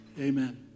Amen